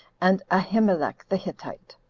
and ahimelech the hittite.